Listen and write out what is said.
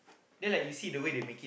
ya lah you see the way they make it